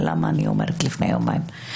למה אני אומרת לפני יומיים,